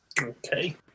Okay